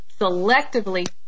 selectively